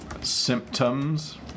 symptoms